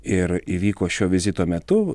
ir įvyko šio vizito metu